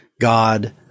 God